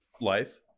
life